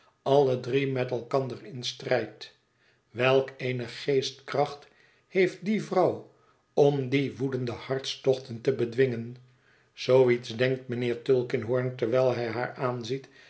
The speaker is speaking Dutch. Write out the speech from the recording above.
alle drie met elkander in strijd welk eene geestkracht heeft die vrouw om die woedende hartstochten te bedwingen zoo iets denkt mijnheer tulkinghorn terwijl hij haar aanziet